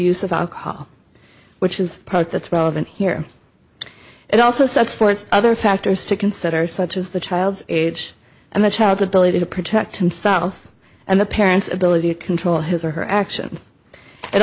use of alcohol which is part that's relevant here it also sets forth other factors to consider such as the child's age and the child's ability to protect himself and the parent's ability to control his or her actions it